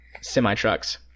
semi-trucks